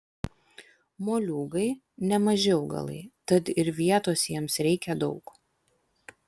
moliūgai nemaži augalai tad ir vietos jiems reikia daug